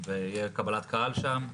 ותהיה קבלת קהל שם.